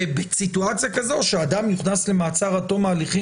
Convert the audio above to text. ובסיטואציה כזאת כשאדם נכנס למעצר עד תום ההליכים